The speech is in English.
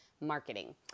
marketing